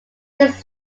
this